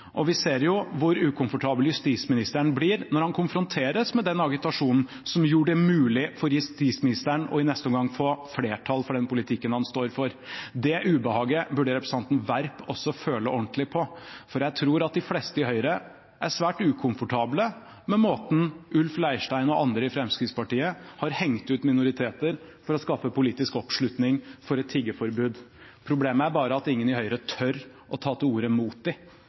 og vi ser jo hvor ukomfortabel justisministeren blir når han konfronteres med den agitasjonen som gjorde det mulig for justisministeren i neste omgang å få flertall for den politikken han står for. Det ubehaget burde representanten Werp også føle ordentlig på, for jeg tror at de fleste i Høyre er svært ukomfortable med måten Ulf Leirstein og andre i Fremskrittspartiet har hengt ut minoriteter på for å skaffe politisk oppslutning for et tiggeforbud. Problemet er bare at ingen i Høyre tør å ta til orde mot dem. Nå sitter de